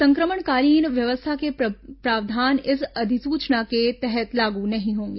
संक्रमणकालीन व्यवस्था के प्रावधान इस अधिसूचना के तहत लागू नहीं होंगे